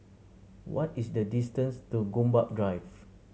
what is the distance to Gombak Drive